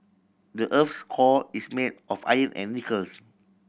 the earth's core is made of iron and nickels